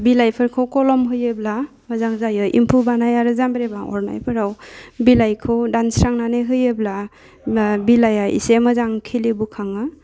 बिलाइफोरखौ खलम होयोब्ला मोजां जायो एम्फौ बानाय आरो जामब्रेमा अरनायफोराव बिलाइखौ दानस्रांनानै होयोब्ला बा बिलाइया इसे मोजां खिलि बोखाङो